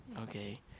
Okay